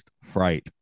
fright